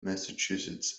massachusetts